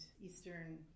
Eastern